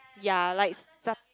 yea likes